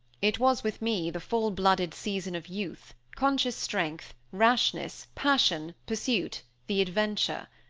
it was with me the full-blooded season of youth, conscious strength, rashness, passion, pursuit, the adventure!